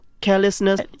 Carelessness